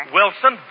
Wilson